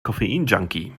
koffeinjunkie